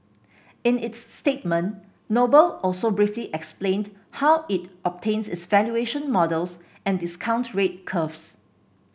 in its statement Noble also briefly explained how it obtains its valuation models and discount rate curves